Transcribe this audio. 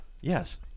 Yes